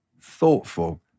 thoughtful